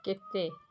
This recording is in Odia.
କେତେ